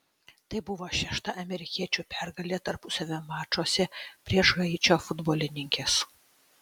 tai buvo šešta amerikiečių pergalė tarpusavio mačuose prieš haičio futbolininkes